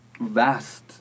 vast